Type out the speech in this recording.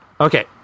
Okay